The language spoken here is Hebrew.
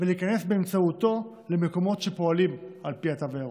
להיכנס באמצעותו למקומות שפועלים על פי התו הירוק.